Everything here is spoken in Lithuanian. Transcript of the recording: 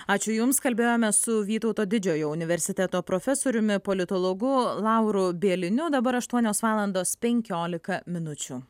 ačiū jums kalbėjome su vytauto didžiojo universiteto profesoriumi politologu lauru bieliniu dabar aštuonios valandos penkiolika minučių